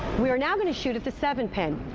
we are now going to shoot at the seven pin.